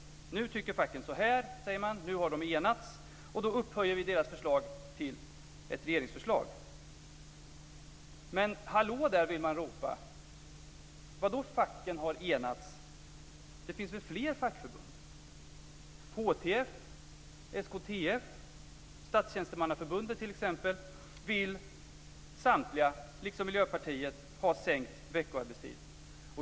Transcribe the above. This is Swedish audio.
Nu tycker facken så här, säger man. Nu har de enats. Då upphöjer vi deras förslag till ett regeringsförslag. Men hallå där!, vill man ropa. Vadå: Facken har enats? Det finns väl fler fackförbund? T.ex. HTF, SKTF och Statstjänstemannaförbundet vill samtliga liksom Miljöpartiet ha sänkt veckoarbetstid.